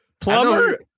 Plumber